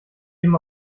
eben